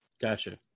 Gotcha